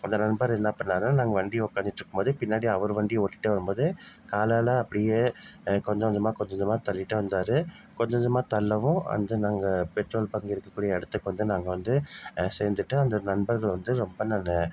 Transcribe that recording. அந்த நண்பர் என்ன பண்ணாருன்னா நாங்கள் வண்டியில் உட்காந்துட்டு இருக்கும்போது பின்னாடி அவர் வண்டியை ஓட்டிட்டே வரும்போது காலால் அப்படியே கொஞ்சம் கொஞ்சமாக கொஞ்சம் கொஞ்சமாக தள்ளிட்டே வந்தார் கொஞ்சம் கொஞ்சமாக தள்ளவும் வந்து நாங்கள் பெட்ரோல் பங்க் இருக்கக்கூடிய இடத்துக்கு வந்து நாங்கள் வந்து சேர்ந்துட்டு அந்த நண்பர்கள் வந்து ரொம்ப நான்